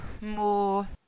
more